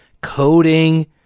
coding